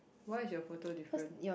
why is your photo different